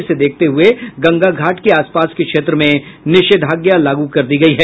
इसे देखते हुए गंगा घाट के आसपास के क्षेत्र में निषेधाज्ञा लागू कर दी है